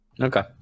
Okay